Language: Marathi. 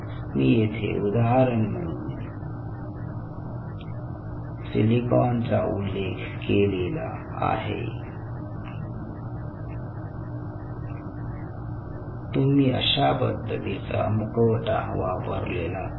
मी येथे उदाहरण म्हणून सिलिकॉन चा उल्लेख केलेला आहे तुम्ही अशा पद्धतीचा मुखवटा वापरलेला आहे